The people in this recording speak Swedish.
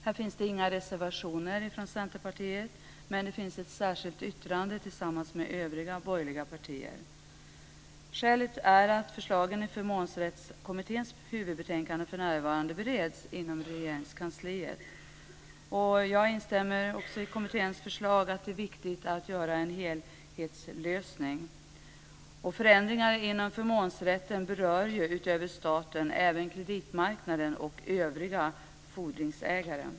Här finns det inga reservationer från Centerpartiet, men det finns ett särskilt yttrande tillsammans med övriga borgerliga partier. Skälet är att förslagen i Förmånsrättskommitténs huvudbetänkande för närvarande bereds inom Jag instämmer i kommitténs förslag att det är viktigt att åstadkomma en helhetslösning. Förändringar inom förmånsrätten berör, utöver staten, även kreditmarknaden och övriga fordringsägare.